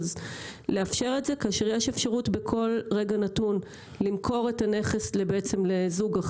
אופציה נוספת זה שאת הקרקע נשלם במכירה.